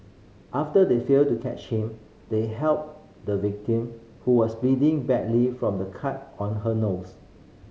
after they failed to catch him they helped the victim who was bleeding badly from a cut on her nose